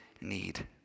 need